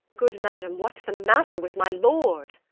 good madam, what's the matter with my lord?